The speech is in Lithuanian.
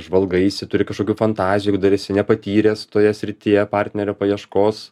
žvalgaisi turi kažkokių fantazijų dar esi nepatyręs toje srityje partnerio paieškos